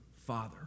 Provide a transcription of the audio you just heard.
Father